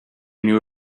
knew